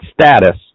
status